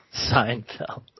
Seinfeld